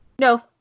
No